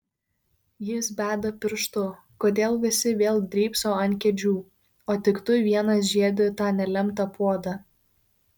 jis beda pirštu kodėl visi vėl drybso ant kėdžių o tik tu vienas žiedi tą nelemtą puodą